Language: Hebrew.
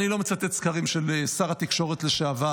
אני לא מצטט סקרים של שר התקשורת לשעבר